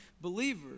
believer